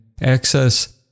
access